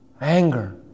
Anger